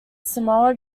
samoa